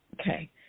Okay